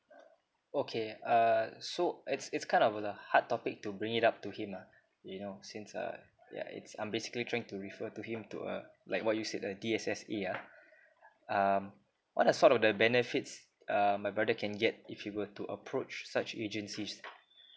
okay uh so it's it's kind of the hard topic to bring it up to him ah you know since uh yeah it's I'm basically trying to refer to him to a like what you said the D_S_S_A ah um what are sort of the benefits um my brother can get if he were to approach such agencies